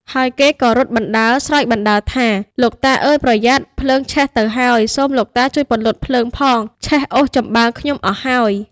ហើយគេក៏រត់បណ្តើរស្រែកបណ្តើរថា លោកតាអើយប្រយ័ត្ន! ភ្លើងឆេះទៅហើយ សូមលោកតាជួយពន្លត់ភ្លើងផង ឆេះអុសចំបើងខ្ញុំអស់ហើយ។